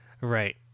Right